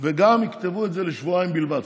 וגם יכתבו את זה לשבועיים בלבד,